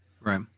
Right